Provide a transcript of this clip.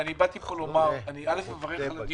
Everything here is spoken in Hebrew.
אני מברך על הדיון,